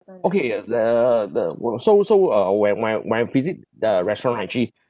okay uh the the w~ so so uh when I when I visit the restaurant I actually